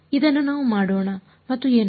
ಇದನ್ನು ನಾವು ಮಾಡೋಣ ಮತ್ತು ಏನು